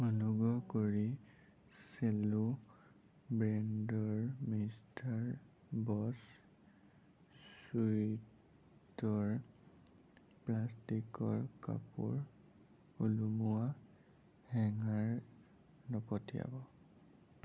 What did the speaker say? অনুগ্ৰহ কৰি চেলো ব্ৰেণ্ডৰ মিষ্টাৰ বছ চুইফ্টৰ প্লাষ্টিকৰ কাপোৰ ওলোমোৱা হেঙাৰ নপঠিয়াব